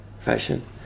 fashion